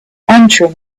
entering